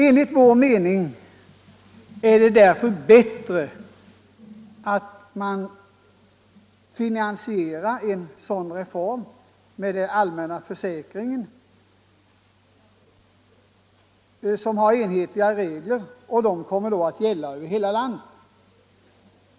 Enligt vår mening är det därför bättre om man finansierar en sådan reform via den allmänna försäkringen så att enhetliga regler kommer att gälla i hela landet.